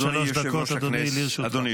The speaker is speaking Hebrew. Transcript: עד שלוש דקות לרשותך, אדוני.